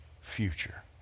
future